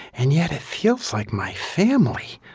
and yet, it feels like my family!